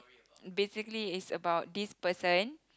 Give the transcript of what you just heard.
basically is about this person